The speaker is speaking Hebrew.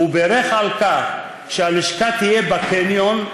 והוא בירך על כך שהלשכה תהיה בקניון,